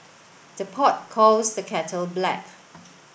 the pot calls the kettle black